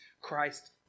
Christ